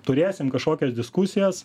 turėsim kažkokias diskusijas